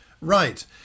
right